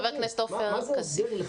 חבר הכנסת עופר כסיף.